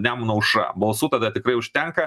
nemuno aušra balsų tada tikrai užtenka